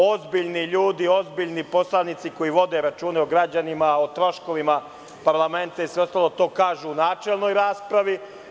Ozbiljni ljudi, ozbiljni poslanici koji vode računa o građanima, o troškovima parlamenta i sve ostalo to kažu u načelnoj raspravi.